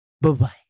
Bye-bye